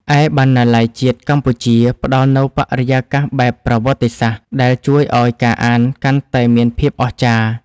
ឯបណ្ណាល័យជាតិកម្ពុជា ផ្ដល់នូវបរិយាកាសបែបប្រវត្តិសាស្ត្រដែលជួយឱ្យការអានកាន់តែមានភាពអស្ចារ្យ។